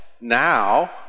now